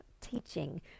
teaching